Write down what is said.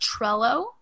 Trello